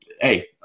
hey